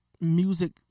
music